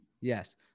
yes